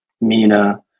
Mina